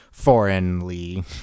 foreignly